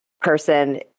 person